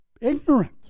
ignorant